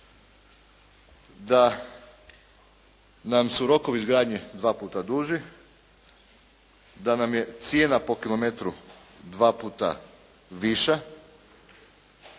da nam su rokovi izgradnje dva puta duži, da nam je cijena po kilometru dva puta viša